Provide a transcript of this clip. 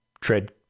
tread